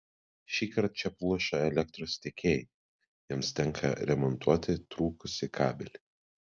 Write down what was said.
šįkart čia pluša elektros tiekėjai jiems tenka remontuoti trūkusį kabelį